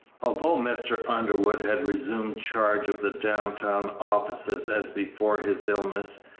although mr. underwood had resumed charge of the downtown offices as before his illness,